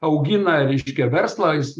augina reiškia verslą jis